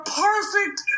perfect